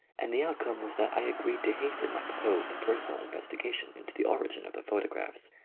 and the outcome was that i agreed to hasten my proposed personal investigation into the origin of the photo graphs,